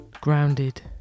grounded